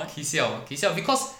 为什么 leh